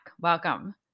Welcome